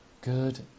good